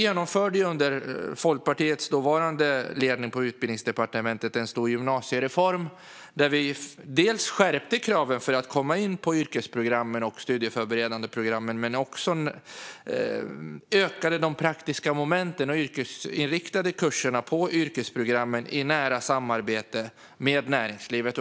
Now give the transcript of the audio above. Under den tid då Folkpartiet ledde Utbildningsdepartementet genomförde vi en stor gymnasiereform där vi dels skärpte kraven för att komma in på yrkesprogrammen och de studieförberedande programmen, dels ökade de praktiska momenten och yrkesinriktade kurserna på yrkesprogrammen. Detta gjorde vi i nära samarbete med näringslivet.